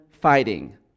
fighting